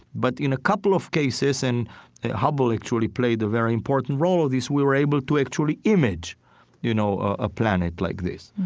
but in a couple of cases, and hubble actually played a very important role in this, we were able to actually image you know a planet like this.